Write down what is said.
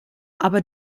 aber